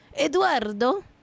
Eduardo